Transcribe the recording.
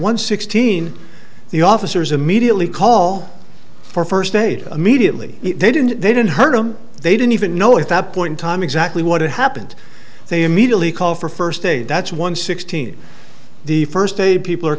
one sixteen the officers immediately call for first aid immediately they didn't they didn't hurt him they didn't even know if that point time exactly what happened they immediately call for first aid that's one sixteen the first day people are